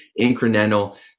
incremental